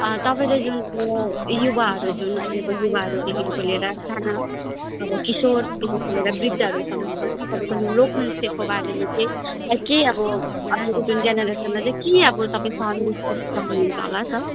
तपाईँले जुन यो युवाहरू जुन अहिलेको युवाहरूदेखिको लिएर साना अब किशोरदेखिको लेर वृद्धहरूसम्मको तपाईँको लोक नृत्यको बारेमा चाहिँ के अब अहिलेको जुन जेनरेसनलाई चाहिँ के अब तपाईँ सन्देश दिनु चाहनुहुन्छ होला सर